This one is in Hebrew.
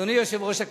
אדוני יושב-ראש הכנסת,